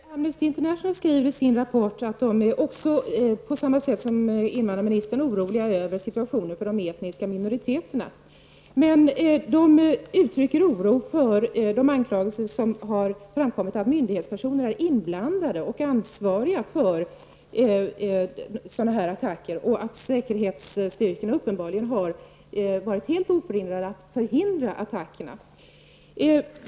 Fru talman! Amnesty International skriver i sin rapport att man, på samma sätt som invandrarministern, är orolig över situationen för de etniska minoriteterna. Man uttrycker oro inför de anklagelser som har framkommit om att myndighetspersoner är inblandade och ansvariga för sådana här attacker och att säkerhetsstyrkor uppenbarligen skulle ha kunnat förhindra attackerna.